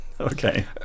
Okay